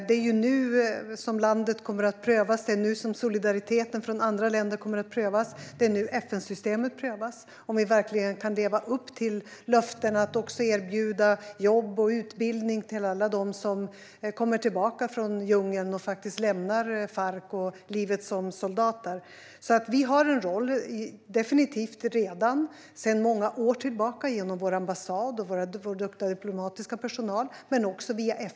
Det är nu som landet kommer att prövas, det är nu som solidariteten från andra länder kommer att prövas, det är nu FN-systemet prövas, och det är nu det prövas om vi verkligen kan leva upp till löftena att erbjuda jobb och utbildning till alla dem som kommer tillbaka från djungeln och faktiskt lämnar Farc och livet som soldater. Vi har definitivt en roll sedan många år tillbaka genom vår ambassad och vår duktiga diplomatiska personal men också via FN.